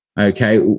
Okay